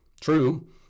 True